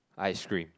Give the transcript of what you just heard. ice cream